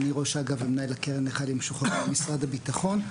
ראש האגף ומנהל הקרן לחיילים משוחררים במשרד הביטחון.